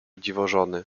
dziwożony